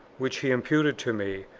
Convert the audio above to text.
which he imputed to me,